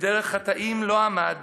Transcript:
ובדרך חטאים לא עמד